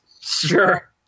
Sure